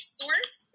source